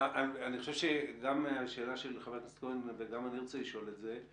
אני חושב שגם השאלה של חבר הכנסת כהן וגם אני רוצה לשאול את זה.